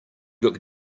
look